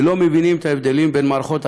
ולא מבינים את ההבדלים בין מערכות החינוך.